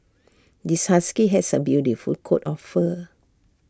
this husky has A beautiful coat of fur